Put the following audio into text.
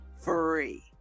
free